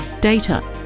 data